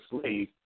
slave